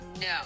No